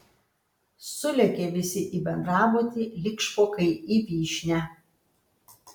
sulėkė visi į bendrabutį lyg špokai į vyšnią